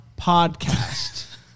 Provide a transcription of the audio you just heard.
Podcast